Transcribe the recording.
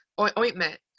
ointment